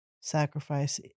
sacrifice